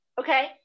okay